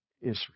Israel